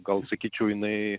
gal sakyčiau jinai